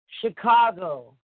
Chicago